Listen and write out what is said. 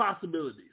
possibilities